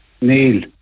Neil